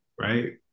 right